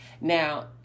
Now